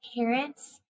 parents